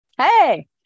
Hey